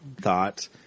thought